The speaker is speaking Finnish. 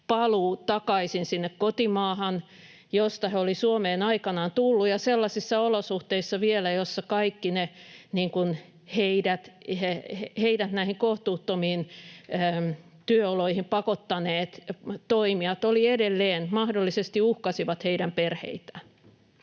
paluu takaisin sinne kotimaahan, josta he olivat Suomeen aikanaan tulleet ja sellaisissa olosuhteissa vielä, jossa kaikki heidät näihin kohtuuttomiin työoloihin pakottaneet toimijat edelleen mahdollisesti uhkasivat heidän perheitään.